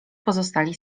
pozostali